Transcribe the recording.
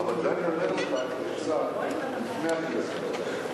אבל זה אני אומר לך כעצה לפני הכנסת הבאה.